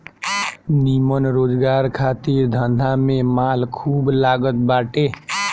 निमन रोजगार खातिर धंधा में माल खूब लागत बाटे